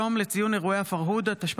היום יום שלישי כ'